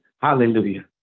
Hallelujah